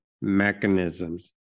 mechanisms